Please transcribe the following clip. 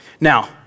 Now